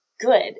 good